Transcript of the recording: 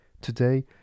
Today